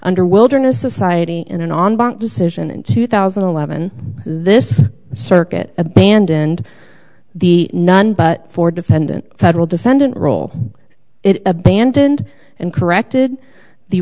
under wilderness society in an on bank decision in two thousand and eleven this circuit abandoned the none but for defendant federal defendant role it abandoned and corrected the